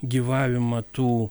gyvavimą tų